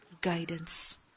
Guidance